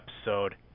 episode